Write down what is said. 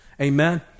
amen